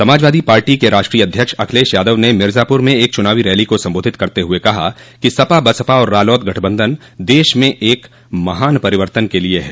Samajwadi party के राष्ट्रीय अध्यक्ष अखिलेश यादव ने मिर्जापुर में एक चुनावी रैली को सम्बोधित करते हुए कहा कि सपा बसपा और रालोद गठबंधन देश में एक महान परिवर्तन के लिए है